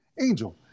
Angel